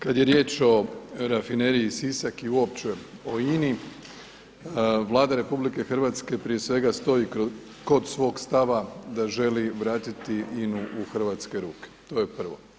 Kad je riječ o Rafineriji Sisak i uopće o INA-i, Vlada RH prije svega stoji kod svog stava da želi vratiti INA-u u hrvatske ruke, to je prvo.